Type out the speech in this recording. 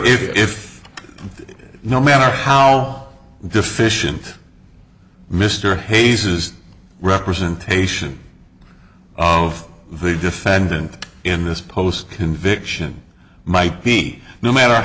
and if no matter how deficient mr hayes is representation of the defendant in this post conviction might be no matter